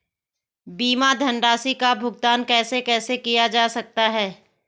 बीमा धनराशि का भुगतान कैसे कैसे किया जा सकता है?